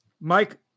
Mike